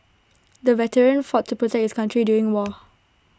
the veteran fought to protect his country during war